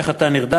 איך אתה נרדם."